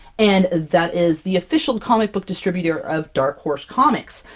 and that is the official comic book distributor of dark horse comics!